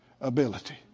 ability